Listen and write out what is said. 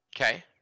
Okay